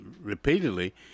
repeatedly